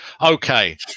Okay